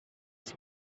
its